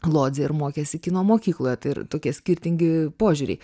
lodzę ir mokėsi kino mokykloje tai ir tokie skirtingi požiūriai